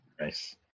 Nice